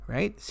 Right